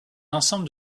ensemble